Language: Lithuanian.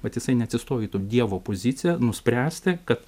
vat jisai neatsistoja į to dievo poziciją nuspręsti kad